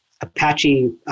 Apache